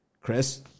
Chris